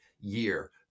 year